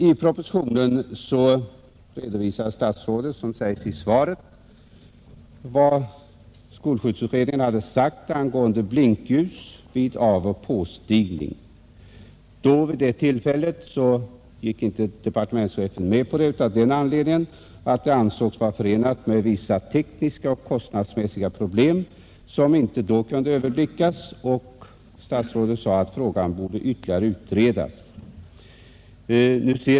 I propositionen redovisade statsrådet, som sägs i svaret, vad skolskjutsutredningen hade sagt angående blinkljus vid avoch påstigning. Vid det tillfället gick inte departementschefen med på det av den anledningen att det ansågs vara förenat med vissa tekniska och kostnadsmässiga problem som inte då kunde överblickas. Statsrådet sade vidare att frågan borde ytterligare utredas.